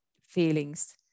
feelings